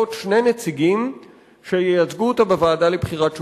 שני נציגים שייצגו אותה בוועדה לבחירת שופטים,